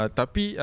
tapi